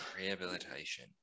rehabilitation